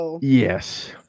Yes